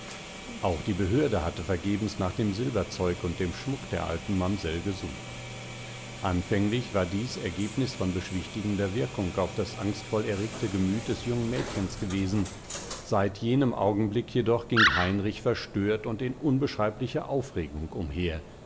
auch die behörde hatte vergebens nach dem silberzeug und dem schmuck der alten mamsell gesucht anfänglich war dies ergebnis von beschwichtigender wirkung auf das angstvoll erregte gemüt des jungen mädchens gewesen seit jenem augenblick jedoch ging heinrich verstört und in unbeschreiblicher aufregung umher